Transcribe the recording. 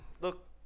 look